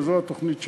וזו התוכנית שלנו,